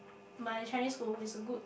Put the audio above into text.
my Chinese school is the good